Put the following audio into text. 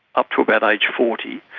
up to about age forty,